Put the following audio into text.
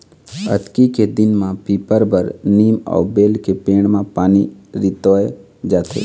अक्ती के दिन म पीपर, बर, नीम अउ बेल के पेड़ म पानी रितोय जाथे